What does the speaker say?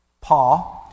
Paul